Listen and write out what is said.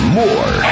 more